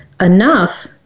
enough